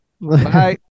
Bye